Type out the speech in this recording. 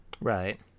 Right